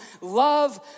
love